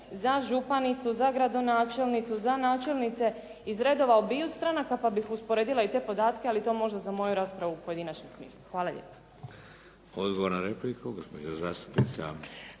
za županicu, za gradonačelnicu, za načelnice iz redova obiju stranaka pa bih usporedila i te podatke, ali to možda za moju raspravu u pojedinačnom smislu. Hvala lijepo. **Šeks, Vladimir